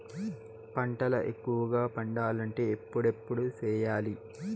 పంటల ఎక్కువగా పండాలంటే ఎప్పుడెప్పుడు సేయాలి?